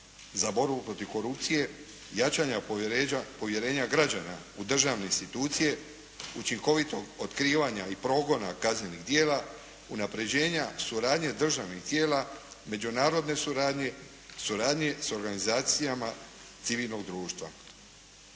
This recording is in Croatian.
za borbu protiv korupcije, jačanja povjerenja građana u državne institucije, učinkovitog otkrivanja i progona kaznenih djela, unapređenja suradnje državnih tijela, međunarodne tijela, suradnje s organizacijama civilnog društva.